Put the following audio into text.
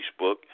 Facebook